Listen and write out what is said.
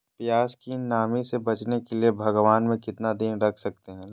प्यास की नामी से बचने के लिए भगवान में कितना दिन रख सकते हैं?